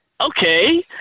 okay